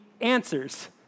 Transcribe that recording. answers